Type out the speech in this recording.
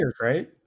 right